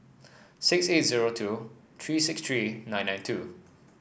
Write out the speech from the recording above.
six eight zero two three six three nine nine two